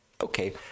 okay